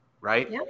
Right